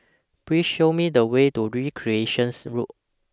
Please Show Me The Way to Recreations Road